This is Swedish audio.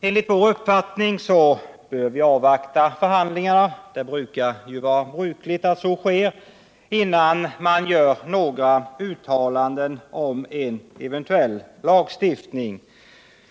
Enligt vår uppfattning bör man avvakta förhandlingarna, som brukligt är, innan man gör några uttalanden om en eventuell lagstiftning.